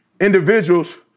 individuals